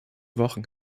wochen